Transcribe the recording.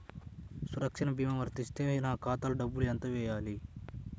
సురక్ష భీమా వర్తిస్తే నా ఖాతాలో డబ్బులు ఎంత వేయాలి?